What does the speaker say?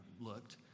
looked